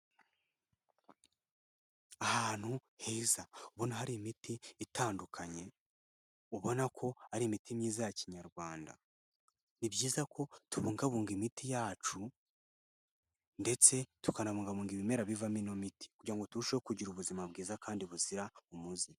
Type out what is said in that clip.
Ahantu heza ubona hari imiti itandukanye, ubona ko ari imiti myiza ya kinyarwanda. Ni byiza ko tubungabunga imiti yacu ndetse tukanabungabunga ibimera bivamo ino miti kugira ngo turusheho kugira ubuzima bwiza kandi buzira umuze.